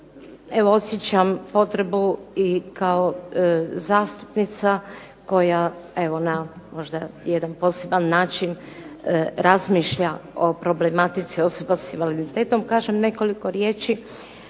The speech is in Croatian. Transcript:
osjećam potrebu i kao zastupnica koja evo na možda jedan poseban način razmišlja o problematici osoba s invaliditetom kažem nekoliko riječi,